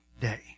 day